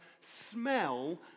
smell